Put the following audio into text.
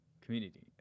community